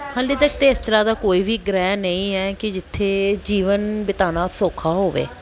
ਹਜੇ ਤੱਕ ਤਾਂ ਇਸ ਤਰ੍ਹਾਂ ਦਾ ਕੋਈ ਵੀ ਗ੍ਰਹਿ ਨਹੀਂ ਹੈ ਕਿ ਜਿੱਥੇ ਜੀਵਨ ਬਿਤਾਉਣਾ ਸੌਖਾ ਹੋਵੇ